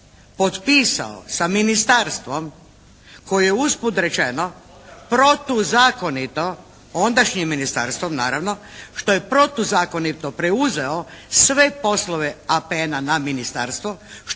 potpisao sa ministarstvom koje je usput rečeno protuzakonito ondašnje ministarstvo naravno, što je protuzakonito preuzeo sve poslove APN-a na ministarstvo,